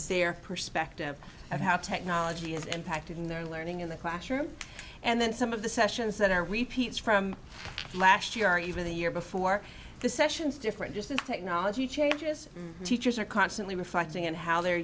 their perspective of how technology is impacting their learning in the classroom and then some of the sessions that are repeats from last year or even the year before the sessions different just as technology changes teachers are constantly reflecting on how they're